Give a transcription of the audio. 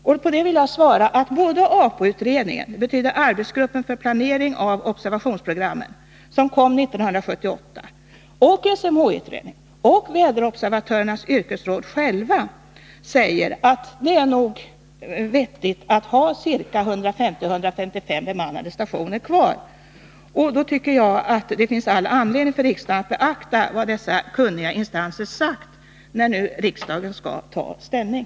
På det vill jag svara att både APO-utredningen — arbetsgruppen för planering av observationsprogrammet —- som kom 1978 och SMHI-utredningen och väderobservatörernas yrkesråd säger att det nog är vettigt att ha 150-155 bemannade stationer kvar. Jag tycker att det finns all anledning att beakta vad dessa kunniga instanser sagt när riksdagen nu skall ta ställning.